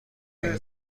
این